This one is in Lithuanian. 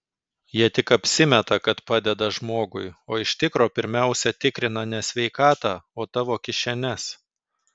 jie tik apsimeta kad padeda žmogui o iš tikro pirmiausia tikrina ne sveikatą o tavo kišenes